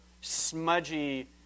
smudgy